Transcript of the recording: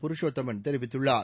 புருஷோத்தமன் தெரிவித்துள்ளார்